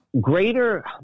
greater